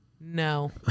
no